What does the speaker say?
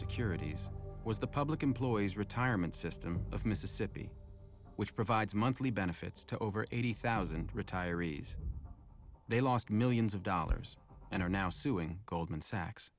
securities was the public employees retirement system of mississippi which provides monthly benefits to over eighty thousand retirees they lost millions of dollars and are now suing goldman sachs